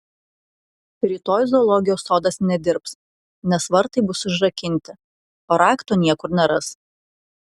rytoj zoologijos sodas nedirbs nes vartai bus užrakinti o rakto niekur neras